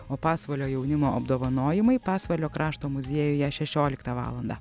o pasvalio jaunimo apdovanojimai pasvalio krašto muziejuje šešioliktą valandą